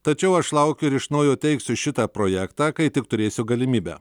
tačiau aš laukiu ir iš naujo teiksiu šitą projektą kai tik turėsiu galimybę